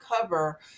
cover